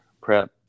Prep